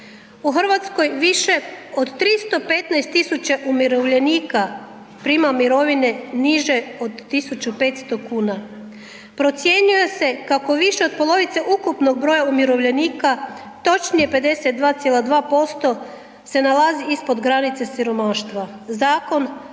U Hrvatskoj više od 315 000 umirovljenika prima mirovine niže od 1500 kuna. Procjenjuje se kako više od polovice ukupnog broja umirovljenika, točnije 52,2% se nalazi ispod granice siromaštva.